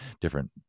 different